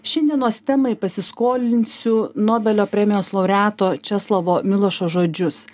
šiandienos temai pasiskolinsiu nobelio premijos laureato česlovo milošo žodžius